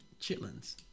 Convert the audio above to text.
chitlins